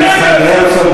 הסייבר.